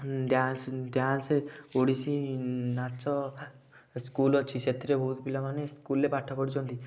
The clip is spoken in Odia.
ଡ୍ୟାନ୍ସ ଡ୍ୟାନ୍ସ ଓଡ଼ିଶୀ ନାଚ ସ୍କୁଲ ଅଛି ସେଥିରେ ବହୁତ ପିଲାମାନେ ସ୍କୁଲରେ ପାଠ ପଢ଼ୁଛନ୍ତି